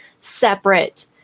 separate